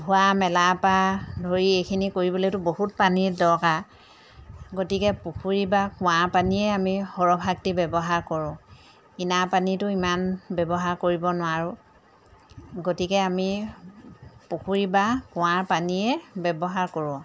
ধোৱা মেলাৰপৰা ধৰি এইখিনি কৰিবলৈতো বহুত পানীৰ দৰকাৰ গতিকে পুখুৰী বা কুঁৱাৰ পানীয়ে আমি সৰহভাগটি ব্যৱহাৰ কৰোঁ কিনা পানীটো ইমান ব্যৱহাৰ কৰিব নোৱাৰোঁ গতিকে আমি পুখুৰী বা কুঁৱাৰ পানীয়ে ব্যৱহাৰ কৰোঁ